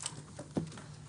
הישיבה ננעלה בשעה 13:28.